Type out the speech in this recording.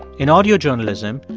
in audio journalism,